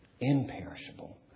imperishable